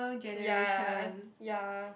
ya ya